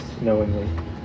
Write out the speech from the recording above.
knowingly